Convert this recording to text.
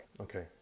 Okay